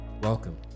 Welcome